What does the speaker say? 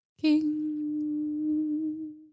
King